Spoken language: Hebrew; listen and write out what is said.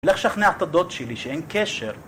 אלך שכנע את הדוד שלי שאין קשר